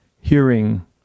hearing